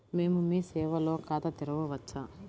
మేము మీ సేవలో ఖాతా తెరవవచ్చా?